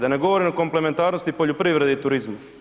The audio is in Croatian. Da ne govorimo o komplementarnosti poljoprivrede i turizma.